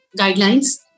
guidelines